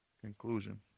conclusion